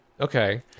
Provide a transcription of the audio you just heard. Okay